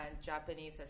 Japanese